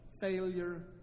failure